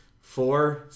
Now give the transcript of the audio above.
four